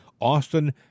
Austin